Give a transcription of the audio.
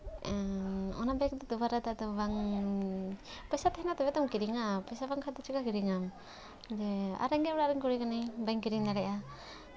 ᱚᱱᱟ ᱵᱮᱜᱽ ᱫᱚ ᱫᱚᱢᱮ ᱫᱟᱢ ᱨᱮᱱᱟᱜ ᱫᱚ ᱵᱟᱝ ᱯᱚᱭᱥᱟ ᱛᱟᱦᱮᱱᱟ ᱛᱚᱵᱮ ᱛᱚᱢ ᱠᱤᱨᱤᱧᱟ ᱯᱚᱭᱥᱟ ᱵᱟᱝ ᱠᱷᱟᱡ ᱫᱚ ᱪᱤᱠᱟ ᱠᱤᱨᱤᱧᱟᱢ ᱟᱨ ᱨᱮᱸᱜᱮᱡ ᱚᱲᱟᱜ ᱨᱮᱱ ᱠᱩᱲᱤ ᱠᱟᱹᱱᱟᱹᱧ ᱵᱟᱹᱧ ᱠᱤᱨᱤᱧ ᱫᱟᱲᱮᱭᱟᱜᱼᱟ